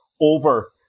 over